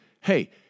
hey